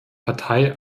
partei